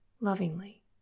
lovingly